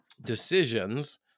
decisions